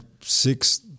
six